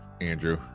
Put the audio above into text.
Andrew